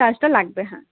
চার্জটা লাগবে হ্যাঁ